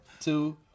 two